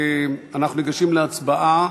אנחנו ניגשים להצבעה.